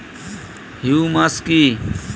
Humus কি?